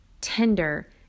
tender